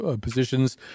positions